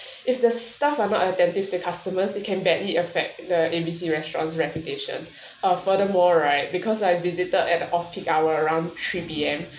if the staff are not attentive to customers it can badly affect the A B C restaurant's reputation uh furthermore right because I visited at off peak hour around three P_M